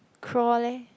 crawl leh